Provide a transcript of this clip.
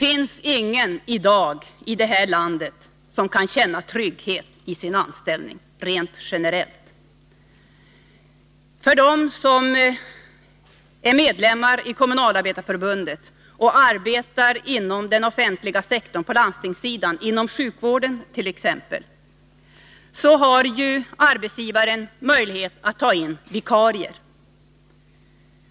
Ingen här i landet kan i dag känna trygghet i sin anställning, rent generellt. För dem som är medlemmar i Kommunalarbetareförbundet och arbetar inom den offentliga sektorn på landstingssidan, inom sjukvården t.ex., har arbetsgivaren möjlighet att ta in vikarier.